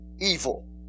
evil